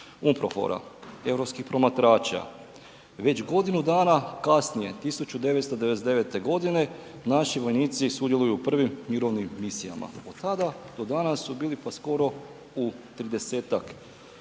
UNPROFOR-a, europskih promatrača. Već godinu dana kasnije, 1999.g. naši vojnici sudjeluju u prvim mirovnim misijama. Od tada do danas su bili, pa skoro u 30-tak